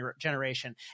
generation